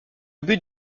but